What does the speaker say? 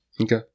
Okay